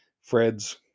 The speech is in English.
Fred's